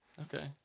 Okay